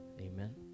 Amen